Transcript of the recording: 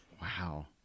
Wow